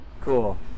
Cool